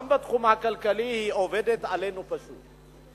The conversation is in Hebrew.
גם בתחום הכלכלי היא עובדת עלינו פשוט.